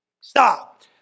Stop